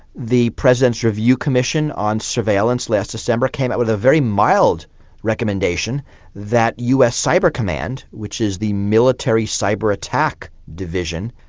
the president's review commission on surveillance last december came out with a very mild recommendation that us cyber command, which is the military cyber-attack division,